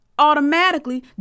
automatically